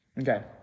Okay